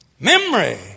Memory